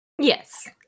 Yes